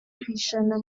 ijana